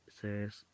says